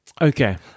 Okay